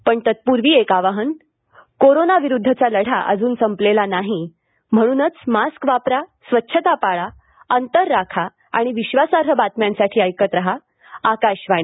पण तत्पूर्वी एक आवाहन कोरोनाविरुद्धचा लढा अजून संपलेला नाही म्हणूनच मास्क वापरा स्वच्छता पाळा अंतर राखा आणि विश्वासार्ह बातम्यांसाठी ऐकत राहा आकाशवाणी